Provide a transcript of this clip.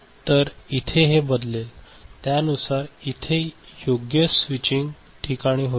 तर इथे हे बदलेल आणि त्यानुसार इथे योग्य स्विचिंग ठिकाणी होईल